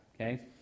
okay